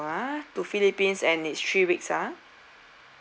ah to philippines and it's three weeks ah